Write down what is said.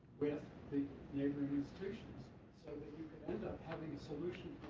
with the neighboring institutions. so that you could end up having a solution